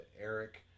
Eric